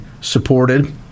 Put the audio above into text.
supported